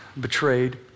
betrayed